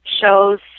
shows